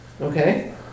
okay